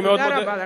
תודה רבה.